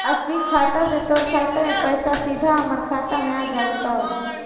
स्वीप खाता से तोर खाता से पइसा सीधा हमर खाता में आ जतउ